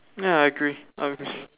ya I agree I agree